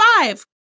five